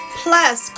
plus